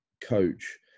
coach